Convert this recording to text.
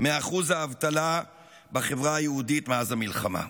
מאחוז האבטלה בחברה היהודית מאז המלחמה.